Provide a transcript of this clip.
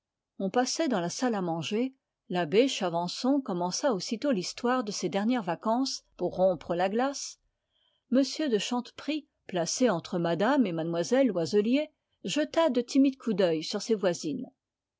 on passait dans la salle à manger l'abbé chavançon commença aussitôt l'histoire de ses dernières vacances m de chanteprie placé entre mme et mlle loiselier jetait de timides coups d'œil sur ses voisines